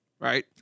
right